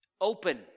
open